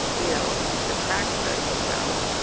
you know the cracks start to show.